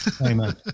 Amen